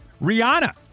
Rihanna